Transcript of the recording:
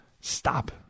Stop